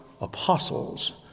apostles